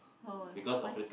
oh why